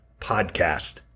PODCAST